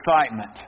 excitement